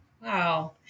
Wow